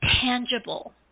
tangible